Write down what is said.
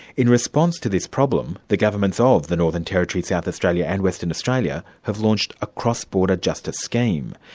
in response to this problem the governments ah of the northern territory, south australia and western australia, have launched a cross border justice scheme.